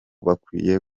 bakwiye